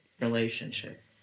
relationship